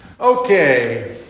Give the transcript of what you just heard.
Okay